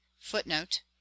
footnote